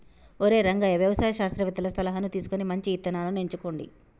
ఒరై రంగయ్య వ్యవసాయ శాస్త్రవేతల సలహాను తీసుకొని మంచి ఇత్తనాలను ఎంచుకోండి